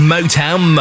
Motown